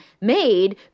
made